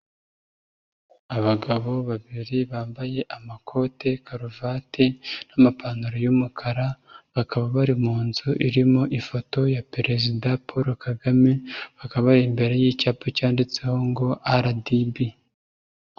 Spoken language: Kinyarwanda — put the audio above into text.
Abagabo babiri bambaye amakote, karuvati n'amapantaro y'umukara, bakaba bari mu nzu irimo ifoto ya perezida Paul Kagame, bakaba bari imbere y'icyapa cyanditseho ngo RDB.